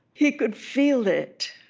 he could feel it,